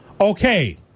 Okay